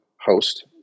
host